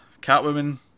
Catwoman